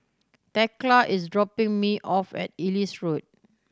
Thekla is dropping me off at Ellis Road